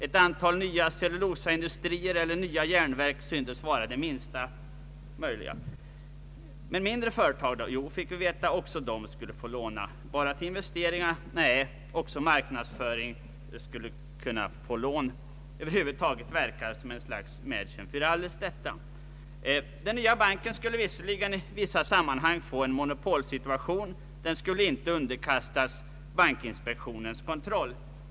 Ett antal nya <cellulosaindustrier = eller järnverk syntes vara det minsta. Hur skulle det bli med mindre företag? Jo, fick vi veta, också de skulle få låna. Bara för investeringar? Nej, även till marknadsföring m.m. Över huvud taget skulle den nya banken verka som ett slags Mädchen fär alles. Den nya banken skulle i vissa sammanhang få en monopolställning, och den skulle inte underkastas bankinspektionens kontroll.